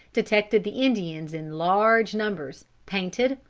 detected the indians in large numbers, painted,